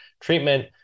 treatment